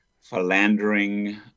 philandering